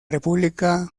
república